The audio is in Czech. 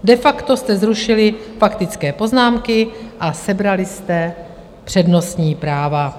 De facto jste zrušili faktické poznámky a sebrali jste přednostní práva.